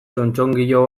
txotxongilo